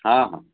ହଁ ହଁ